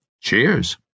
Cheers